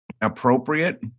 appropriate